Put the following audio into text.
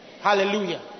Hallelujah